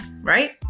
right